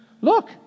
Look